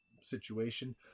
situation